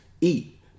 Eat